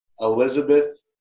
Elizabeth